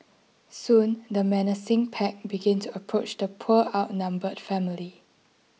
soon the menacing pack began to approach the poor outnumbered family